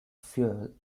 fuel